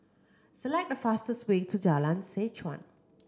select the fastest way to Jalan Seh Chuan